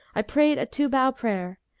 i prayed a two-bow prayer,